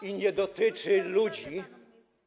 i nie dotyczy ludzi.